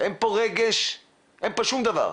אין פה רגש, אין פה שום דבר.